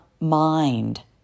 mind